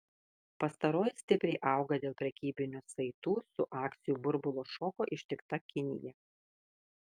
pastaroji stipriai auga dėl prekybinių saitų su akcijų burbulo šoko ištikta kinija